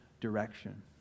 direction